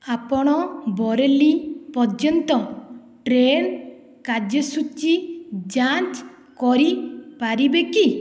ଆପଣ ବରେଲି ପର୍ଯ୍ୟନ୍ତ ଟ୍ରେନ୍ କାର୍ଯ୍ୟସୂଚୀ ଯାଞ୍ଚ କରିପାରିବେ କି